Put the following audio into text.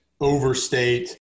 overstate